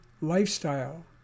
lifestyle